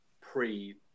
pre-